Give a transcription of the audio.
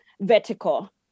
vertical